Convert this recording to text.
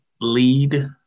lead